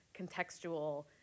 contextual